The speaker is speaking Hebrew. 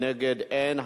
נגד, אין.